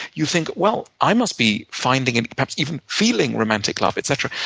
you think, well, i must be finding it, perhaps even feeling romantic love, etc.